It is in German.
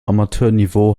amateurniveau